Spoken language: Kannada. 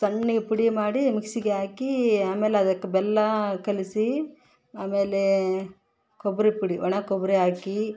ಸಣ್ಣಗೆ ಪುಡಿ ಮಾಡಿ ಮಿಕ್ಸಿಗೆ ಹಾಕಿ ಆಮೇಲೆ ಅದಕ್ಕೆ ಬೆಲ್ಲ ಕಲಸಿ ಆಮೇಲೆ ಕೊಬ್ಬರಿ ಪುಡಿ ಒಣ ಕೊಬ್ಬರಿ ಹಾಕಿ